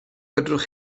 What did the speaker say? fedrwch